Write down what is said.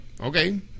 okay